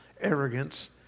arrogance